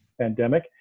pandemic